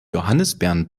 johannisbeeren